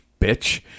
bitch